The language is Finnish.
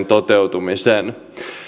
toteutumisen